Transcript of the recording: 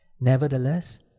Nevertheless